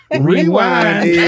Rewind